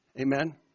Amen